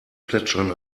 plätschern